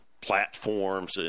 platforms